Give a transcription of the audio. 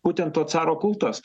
būtent to caro kultas